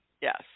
Yes